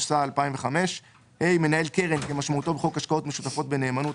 התשס"ה 2005‏; (ה)מנהל קרן כמשמעותו בחוק השקעות משותפות בנאמנות,